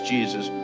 Jesus